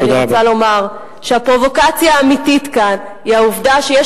אני רוצה לומר שהפרובוקציה האמיתית כאן היא העובדה שיש